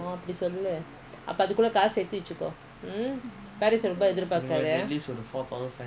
ஆஹ்ன்அப்படிசொல்லுஅப்பஅதுக்குலகாசுசேத்துவச்சிக்கம்ம்பேரன்ட்ஸ்கிட்டஒருபைசாஎதிர்பாக்காத:aahn apadi sollu apa athukula kaasu sethu vachikka parenta kitta oru paisa ethir paakatha